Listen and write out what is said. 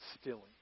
stealing